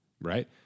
right